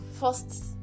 first